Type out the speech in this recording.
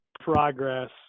progress